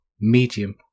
medium